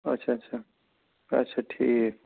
اَچھا اَچھا اَچھا اَچھا ٹھیٖک